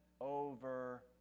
over